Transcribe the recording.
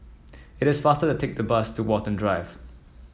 it is faster to take the bus to Watten Drive